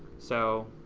so,